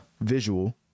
visual